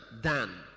Dan